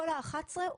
כל ה-11 הוארכו.